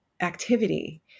activity